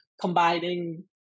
combining